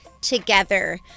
together